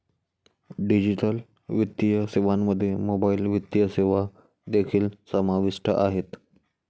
digital वित्तीय सेवांमध्ये mobile वित्तीय सेवा देखील समाविष्ट आहेत